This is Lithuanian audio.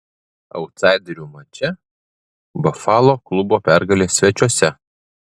autsaiderių mače bafalo klubo pergalė svečiuose